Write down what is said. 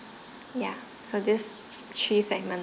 ya so these three segments